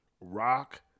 rock